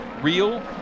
Real